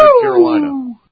Carolina